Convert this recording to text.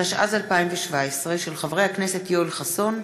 התשע"ז 2017, של חברי הכנסת יואל חסון,